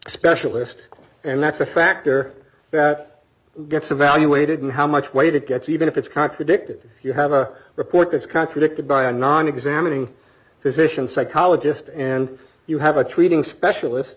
specialist and that's a factor that gets evaluated and how much weight it gets even if it's contradicted you have a report that is contradicted by a non examining physicians psychologist and you have a treating specialist